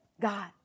God